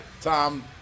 Tom